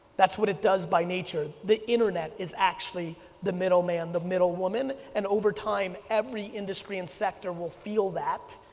that's what it does by nature, the internet is actually the middleman, the middle woman. and over time, every industry and sector will feel that,